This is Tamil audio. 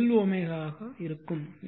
L L ஆக இருக்கும்